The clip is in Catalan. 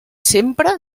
sempre